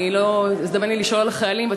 לא הזדמן לי לשאול על החיילים,